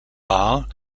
bar